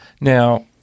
Now